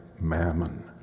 mammon